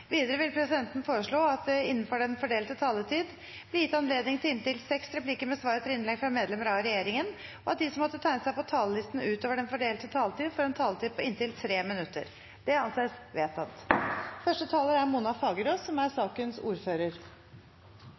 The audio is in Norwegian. Videre vil presidenten foreslå at det – innenfor den fordelte taletid – blir gitt anledning til inntil fem replikker med svar etter innlegg fra medlemmer av regjeringen, og at de som måtte tegne seg på talerlisten utover den fordelte taletid, får en taletid på inntil 3 minutter. – Det anses vedtatt. Første taler er Lene Vågslid. Saksordføreren er